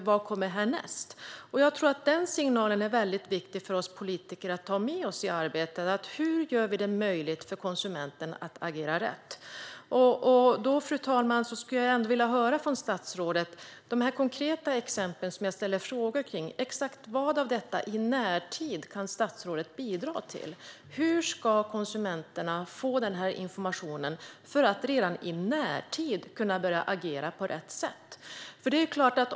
Vad kommer härnäst? Den signalen är viktig för oss politiker att ha med oss i arbetet. Hur ska vi göra det möjligt för konsumenten att agera rätt? Fru talman! Jag ställde frågor kring några konkreta exempel. Exakt vad av detta kan statsrådet i närtid bidra till? Hur ska konsumenterna få information för att kunna börja agera på rätt sätt?